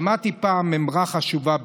שמעתי פעם אמרה חשובה,